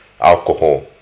alcohol